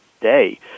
day